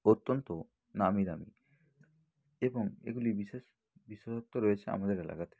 অত্যন্ত নামি দামি এবং এগুলির বিশেষ বিশেষত্ব রয়েছে আমাদের এলাকাতে